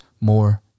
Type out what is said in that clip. more